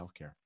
healthcare